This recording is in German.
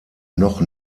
noch